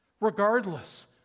Regardless